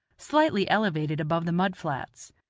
slightly elevated above the mud-flats.